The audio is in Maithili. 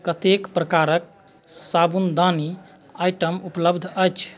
कतेक प्रकारक साबुनदानी आइटम उपलब्ध अछि